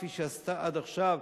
כפי שעשתה עד עכשיו,